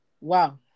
wow